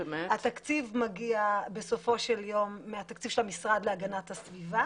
התקציב מגיע בסופו של יום מהתקציב של המשרד להגנת הסביבה